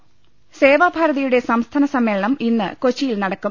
പ് സേവഭാരതിയുടെ സംസ്ഥാന സമ്മേളനം ഇന്ന് കൊച്ചിയിൽ നടക്കും